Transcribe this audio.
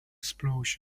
explosion